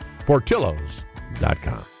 portillos.com